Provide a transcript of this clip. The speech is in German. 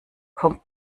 kommt